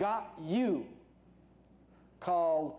got you called